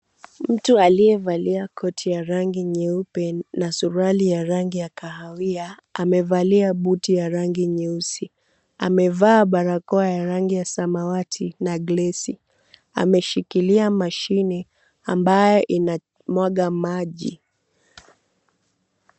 Mtu aliyevalia shati ya rangi nyeupe na suruali ya rangi ya kahawia, amevalia buti ya rangi nyeusi. Amevaa barakoa ya rangi ya samawati na glesi. Ameshikilia mashini ambaye imemwaga maji.